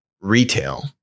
retail